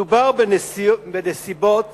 מדובר בנסיבות